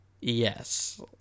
Yes